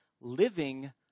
living